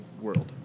world